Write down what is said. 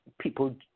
people